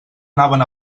anaven